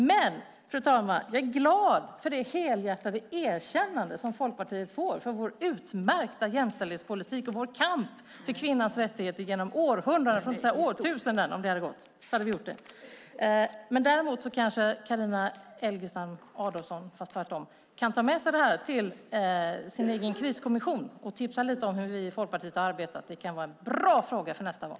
Men, fru talman, jag är glad för det helhjärtade erkännande som Folkpartiet får för vår utmärkta jämställdhetspolitik och vår kamp för kvinnans rättigheter genom århundraden, för att inte säga årtusenden - om det hade gått hade vi gjort det. Däremot kanske Carina Adolfsson Elgestam kan ta med sig det här till sin egen kriskommission och tipsa lite om hur vi i Folkpartiet har arbetat. Det kan vara en bra fråga inför nästa val.